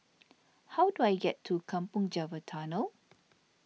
how do I get to Kampong Java Tunnel